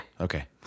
okay